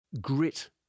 grit